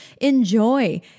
enjoy